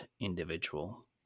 individual